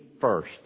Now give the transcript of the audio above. first